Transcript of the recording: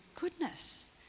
goodness